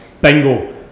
bingo